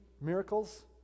miracles